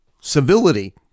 civility